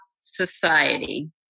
society